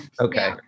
Okay